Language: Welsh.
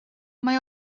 mae